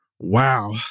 wow